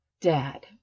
Dad